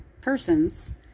persons